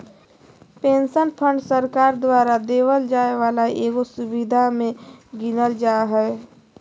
pension fund सरकार द्वारा देवल जाय वाला एगो सुविधा मे गीनल जा हय